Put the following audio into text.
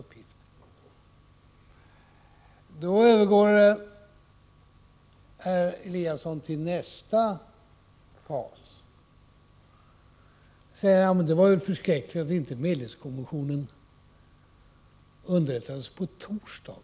Därefter övergår herr Eliasson till nästa fas och säger att det var förskräckligt att medlingskommissionen inte underrättades på torsdagen.